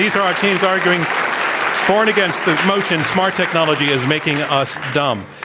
these are our teams arguing for and against the motion, smart technology is making us dumb.